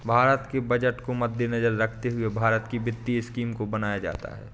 भारत के बजट को मद्देनजर रखते हुए भारत की वित्तीय स्कीम को बनाया जाता है